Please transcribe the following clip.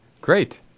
Great